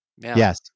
Yes